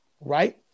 right